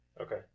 Okay